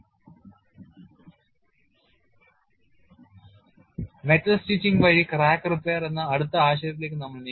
Crack Repair by Metal Stitching metal stitching വഴി crack repair എന്ന അടുത്ത ആശയത്തിലേക്ക് നമ്മൾ നീങ്ങുന്നു